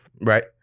Right